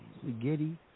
spaghetti